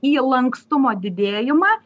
į lankstumo didėjimą